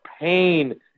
pain